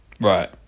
Right